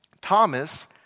Thomas